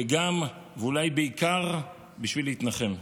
וגם, ואולי בעיקר, בשביל להתנחם,